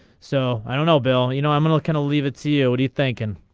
so i don't know bill you know i'm and looking to leave it cod thank and.